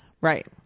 Right